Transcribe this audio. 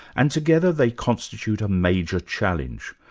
and together they constitute a major challenge.